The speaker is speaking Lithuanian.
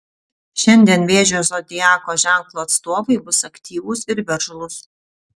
šiandien vėžio zodiako ženklo atstovai bus aktyvūs ir veržlūs